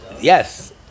yes